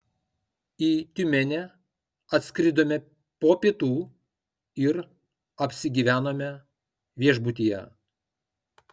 į tiumenę atskridome po pietų ir apsigyvenome viešbutyje